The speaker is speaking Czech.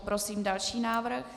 Prosím další návrh